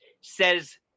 says